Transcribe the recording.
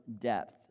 depth